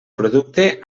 producte